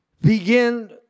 begin